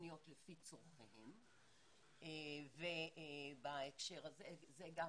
תוכניות לפי צרכיהם ובהקשר הזה זה גם